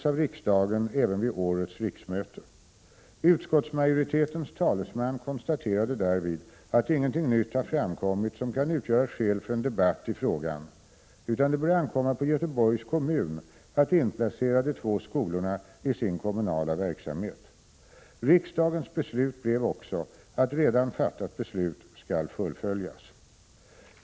även vid årets riksmöte. Utskottsmajoritetens talesman konstaterade därvid att ingenting nytt har framkommit som kan utgöra skäl för en debatt i frågan, utan det bör ankomma på Göteborgs kommun att inplacera de två skolorna i sin kommunala verksamhet. Riksdagens beslut blev också att redan fattat beslut skall fullföljas.